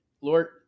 Lord